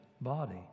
body